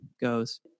goes